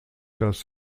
das